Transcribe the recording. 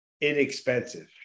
inexpensive